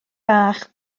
bach